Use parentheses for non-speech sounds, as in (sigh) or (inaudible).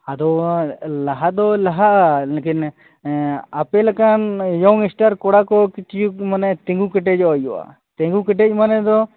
ᱟᱫᱚ ᱞᱟᱦᱟᱫᱚ ᱞᱟᱦᱟ ᱞᱮᱠᱤᱱ ᱟᱯᱮᱞᱮᱠᱟᱱ ᱤᱭᱚᱝ ᱥᱴᱟᱨ ᱠᱚᱲᱟᱠᱚ (unintelligible) ᱢᱟᱱᱮ ᱛᱤᱸᱜᱩ ᱠᱮᱴᱮᱡᱚᱜ ᱦᱩᱭᱩᱜᱼᱟ ᱛᱤᱸᱜᱩ ᱠᱮᱴᱮᱡ ᱢᱟᱱᱮᱫᱚ